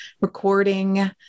recording